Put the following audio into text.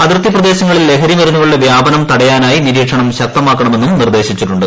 അതിർത്തി പ്രദേശങ്ങളിൽ ലഹരി മരുന്നുകളുടെ വ്യാപനം തടയാനായി നിരീക്ഷണം ശക്തമാക്കണമെന്ന് നിർദ്ദേശിച്ചിട്ടുണ്ട്